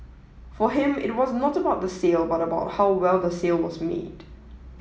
for him it was not about the sale but about how well the sale was made